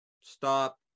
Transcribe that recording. stop